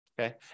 Okay